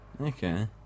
Okay